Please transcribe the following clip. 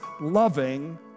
loving